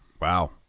Wow